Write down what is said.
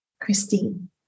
Christine